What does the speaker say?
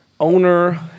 Owner